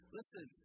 Listen